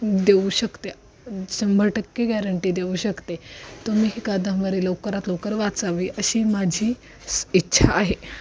देऊ शकते शंभर टक्के गॅरंटी देऊ शकते तुम्ही ही कादंबरी लवकरात लवकर वाचावी अशी माझी इच्छा आहे